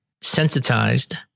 sensitized